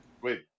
Wait